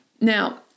Now